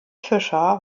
fischer